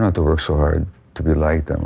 to work so hard to be like them,